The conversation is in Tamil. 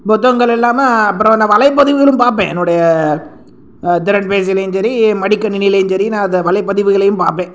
புத்தகங்கள் இல்லாமல் அப்புறம் அந்த வலைபதிவுகளும் பார்ப்பேன் என்னுடைய திறன் பேசிலையும் சரி மடிக்கணினியிலையும் சரி நான் அந்த வலைபதிவுகளையும் பார்ப்பேன்